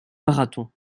marathon